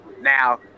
Now